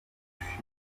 gushira